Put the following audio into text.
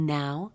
now